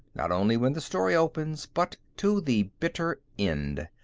not only when the story opens, but to the bitter end.